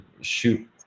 shoot